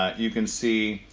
you can see,